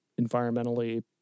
environmentally